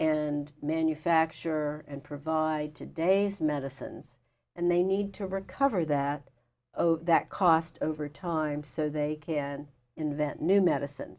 and manufacture and provide today's medicines and they need to recover that that cost over time so they can invent new medicines